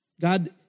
God